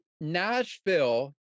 Nashville